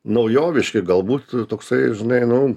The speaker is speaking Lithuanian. naujoviški galbūt toksai žinai nu